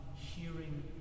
hearing